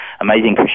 amazing